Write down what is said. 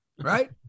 right